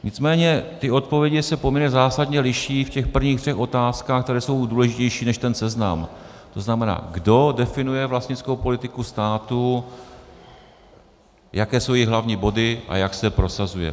Nicméně ty odpovědi se poměrně zásadně liší v prvních třech otázkách, které jsou důležitější než ten seznam, to znamená, kdo definuje vlastnickou politiku státu, jaké jsou její hlavní body a jak se prosazuje.